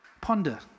Ponder